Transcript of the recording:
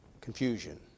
Confusion